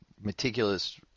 meticulous